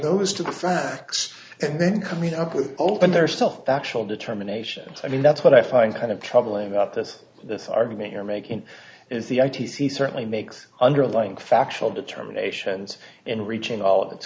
those to the facts and then coming up with open theirself actual determination i mean that's what i find kind of troubling about this this argument you're making is the i t c certainly makes underlying factual determinations and reaching all of its